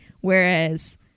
whereas